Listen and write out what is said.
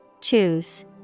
Choose